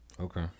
okay